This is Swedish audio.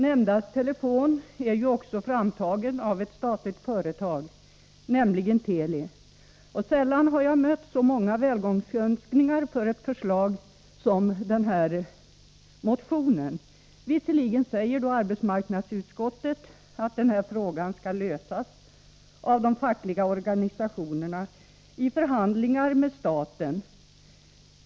Nämnda telefon är också framtagen av ett statligt företag, nämligen Teli. Sällan har jag mött så många välgångsönskningar för ett förslag som för denna motion. Visserligen säger arbetsmarknadsutskottet att den här frågan skall lösas av de fackliga organisationerna i förhandlingar med staten.